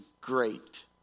great